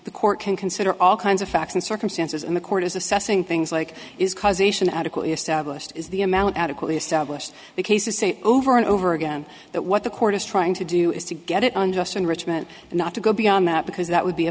the court can consider all kinds of facts and circumstances and the court is assessing things like is causation article established is the amount adequately established the cases say over and over again that what the court is trying to do is to get it unjust enrichment and not to go beyond that because that would be a